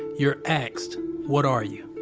you're asked what are you?